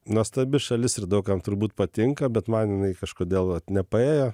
nuostabi šalis ir daug kam turbūt patinka bet man jinai kažkodėl vat nepaėjo